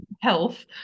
health